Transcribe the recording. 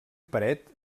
paret